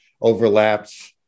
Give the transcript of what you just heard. overlaps